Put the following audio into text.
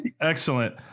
Excellent